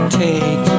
take